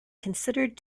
considered